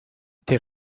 été